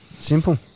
Simple